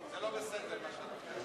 זה לא בסדר מה שאת אומרת.